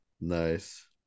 Nice